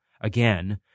again